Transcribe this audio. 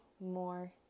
more